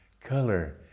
color